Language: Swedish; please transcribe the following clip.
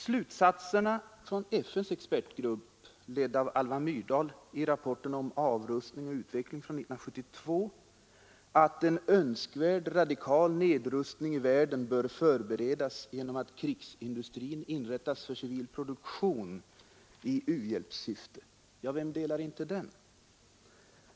Slutsatserna från FN:s expertgrupp, ledd av Alva Myrdal, i rapporten från 1972 om avrustning och utveckling, att en radikal nedrustning i världen bör förberedas genom att krigsindustrin inrättas för civil produktion i u-hjälpssyfte — vem delar inte dem?